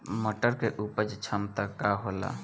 मटर के उपज क्षमता का होला?